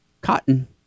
Cotton